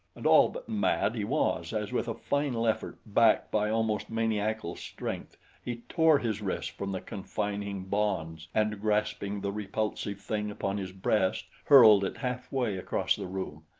and all but mad he was as with a final effort backed by almost maniacal strength he tore his wrists from the confining bonds and grasping the repulsive thing upon his breast hurled it halfway across the room.